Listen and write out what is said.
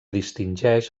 distingeix